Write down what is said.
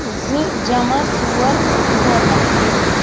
زٕ جمع ژور کوتاہ گوٚو